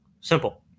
Simple